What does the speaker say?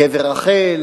קבר רחל